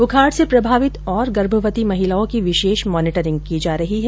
बुखार से प्रभावित और गर्भवती महिलाओं की विशेष मॉनिटरिंग की जा रही है